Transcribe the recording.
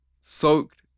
Soaked